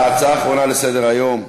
ההצעה האחרונה לסדר-היום: